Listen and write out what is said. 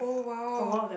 oh !wow!